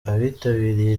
abitabiriye